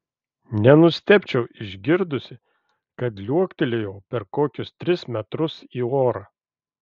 nenustebčiau išgirdusi kad liuoktelėjau per kokius tris metrus į orą